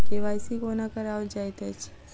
KYC कोना कराओल जाइत अछि?